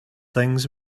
things